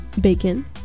Bacon